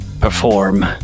perform